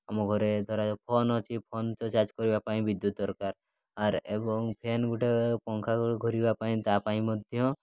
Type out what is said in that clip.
ଆମ ଘରେ ଧରାଯାଉ ଫୋନ୍ ଅଛି ଫୋନ୍ ତ ଚାର୍ଜ୍ କରିବା ପାଇଁ ବିଦ୍ୟୁତ୍ ଦରକାର ଏବଂ ଫେନ୍ ଗୋଟେ ପଙ୍ଖା ଘୁରିବା ପାଇଁ ତା' ପାଇଁ ମଧ୍ୟ